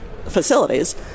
Facilities